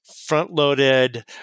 front-loaded